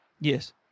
yes